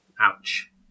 Ouch